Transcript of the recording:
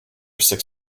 six